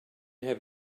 have